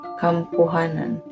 kampuhanan